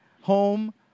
home